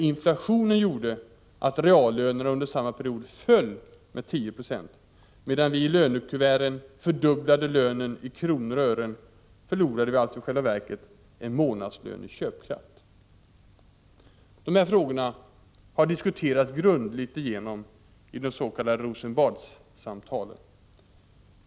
Inflationen gjorde dock att reallönerna under samma period föll med 10 Ze. Medan vi i lönekuvertet fördubblade lönen i kronor och ören förlorade vi i själva verket en månadslön i köpkraft. De här frågorna har diskuterats grundligt i de s.k. Rosenbadssamtalen.